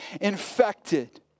infected